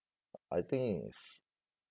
I think is